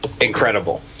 incredible